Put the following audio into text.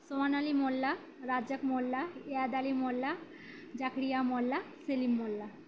Sohan Ali Molla Razzak Molla Iyad Ali Molla Zakaria Molla Selim Molla